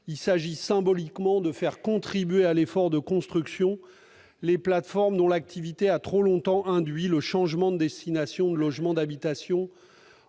Il s'agit symboliquement de faire contribuer à l'effort de construction les plateformes dont l'activité a trop longtemps induit le changement de destination de logements d'habitation